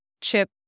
chip